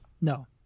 No